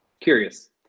Curious